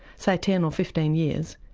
say ten or fifteen years,